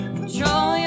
Control